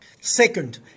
Second